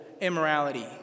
immorality